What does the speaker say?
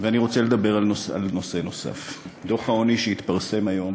אני רוצה לדבר על נושא נוסף: דוח העוני שהתפרסם היום